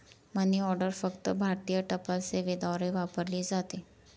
मनी order फक्त भारतीय टपाल सेवेद्वारे वापरली जाते